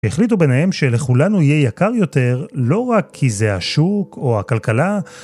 החליטו ביניהם שלכולנו יהיה יקר יותר, לא רק כי זה השוק או הכלכלה,